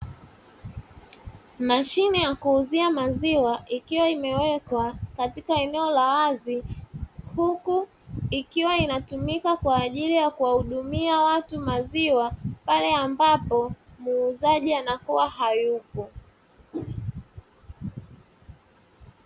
Mashine ya kuuzia maziwa ikiwa imewekwa katika eneo la wazi, huku ikiwa inatumika kwa ajili ya kuwahudumia watu maziwa pale ambapo muuzaji anakuwa hayupo.